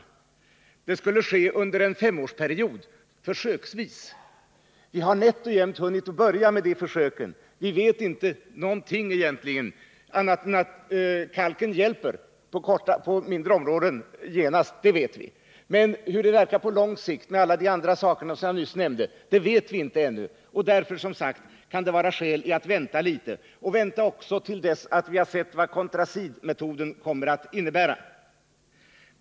Kalkningen skulle försöksvis ske under en femårsperiod. Vi har nätt och jämnt börjat med dessa försök och vet egentligen inte någonting annat än att kalken hjälper omedelbart på mindre områden. Men verkan på lång sikt — med hänsyn till allt det som jag n ss nämnde -— vet vi ingenting om ännu. Därför kan det, som sagt, vara skäl i att vänta litet. Vi bör också avvakta och se vad contracidmetoden kommer att innebära.